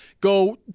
go